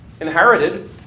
inherited